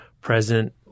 present